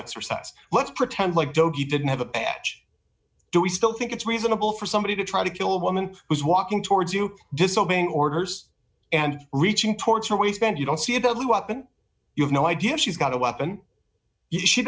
exercise let's pretend like don't you didn't have a patch do we still think it's reasonable for somebody to try to kill a woman who's walking towards you disobeying orders and reaching towards her waistband you don't see a deadly weapon you have no idea if she's got a weapon you she